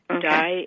die